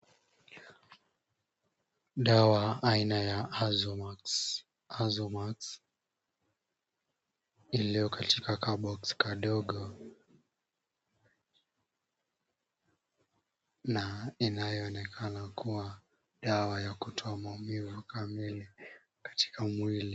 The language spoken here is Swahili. Dawa aina ya Azomax iliyokatika kabox kadogo na inayoonekana kuwa dawa ya kutoa maumivvu kamili katika mwili.